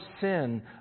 sin